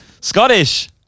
Scottish